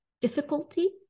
difficulty